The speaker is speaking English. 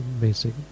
basic